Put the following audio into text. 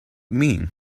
mean